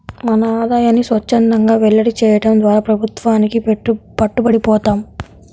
మన ఆదాయాన్ని స్వఛ్చందంగా వెల్లడి చేయడం ద్వారా ప్రభుత్వానికి పట్టుబడి పోతాం